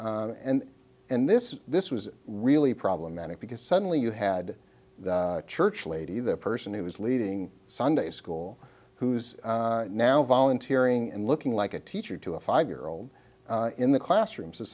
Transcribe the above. and and this this was really problematic because suddenly you had church lady the person who is leading sunday school who's now volunteer ng and looking like a teacher to a five year old in the classrooms